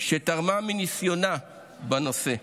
שתרמה מניסיונה בנושא,